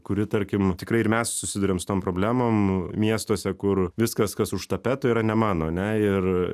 kuri tarkim tikrai ir mes susiduriam su tom problemom miestuose kur viskas kas už tapetų yra nemano ane ir